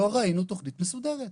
לא ראינו תוכנית מסודרת.